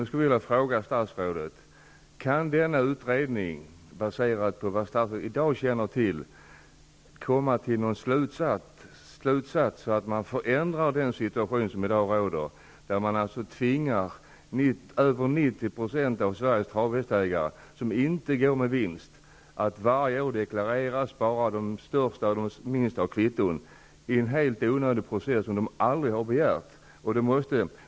Sverige som har en verksamhet som inte går med vinst tvingas ju att varje år inför deklarationen spara kvitton på både de största och de minsta belopp. Det är en helt onödig process som de aldrig har begärt.